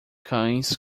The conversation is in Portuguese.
cães